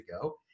ago